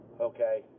Okay